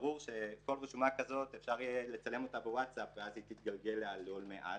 ברור שאפשר יהיה לצלם כל רשומה כזו בווטסאפ ואז היא תגלגל לה לעולמי עד.